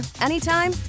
anytime